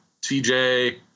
tj